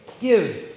give